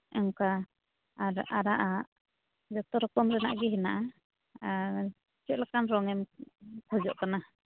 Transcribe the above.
ᱚᱱᱠᱟ ᱟᱨ ᱟᱨᱟᱜ ᱟᱜ ᱡᱚᱛᱚᱨᱚᱠᱚᱢ ᱨᱮᱱᱟᱜ ᱜᱮ ᱦᱮᱱᱟᱜᱼᱟ ᱟᱨ ᱪᱮᱫ ᱞᱮᱠᱟᱱ ᱨᱚᱝ ᱮᱢ ᱠᱷᱚᱡᱚᱜ ᱠᱟᱱᱟ